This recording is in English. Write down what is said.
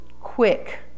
quick